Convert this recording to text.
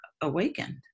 awakened